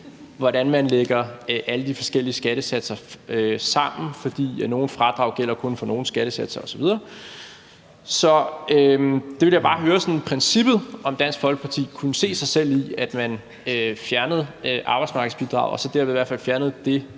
hvordan man lægger alle de forskellige skattesatser sammen, fordi nogle fradrag kun gælder for nogle skattesatser osv. Så jeg vil bare høre, om Dansk Folkeparti i princippet kunne se sig selv i, at man fjernede arbejdsmarkedsbidraget, og derved i hvert fald fjernede det